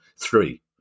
three